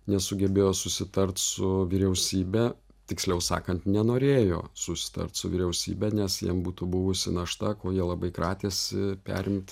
nesugebėjo susitart su vyriausybe tiksliau sakant nenorėjo susitart su vyriausybe nes jiem būtų buvusi našta ko jie labai kratėsi perimt